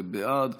בעד,